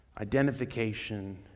identification